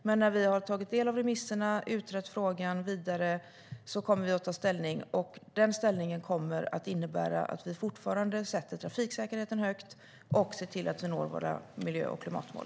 Men när vi har tagit del av remissvaren och utrett frågan vidare kommer vi att ta ställning, och det ställningstagandet kommer att innebära att vi fortfarande sätter trafiksäkerheten högt och ser till att vi når våra miljö och klimatmål.